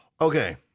okay